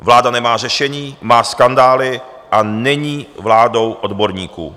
Vláda nemá řešení, má skandály a není vládou odborníků.